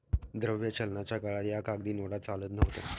द्रव्य चलनाच्या काळात या कागदी नोटा चालत नव्हत्या